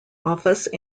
office